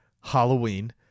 Halloween